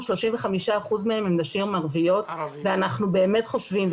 הן נשים ערביות ואנחנו באמת חושבים,